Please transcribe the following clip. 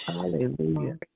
Hallelujah